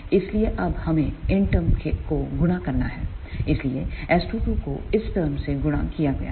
इसलिएअब हमें इन टर्म को गुणा करना है इसलिए S22 को इस टर्म से गुणा किया गया है